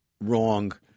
wrong